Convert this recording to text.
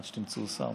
עד שתמצאו שר,